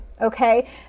okay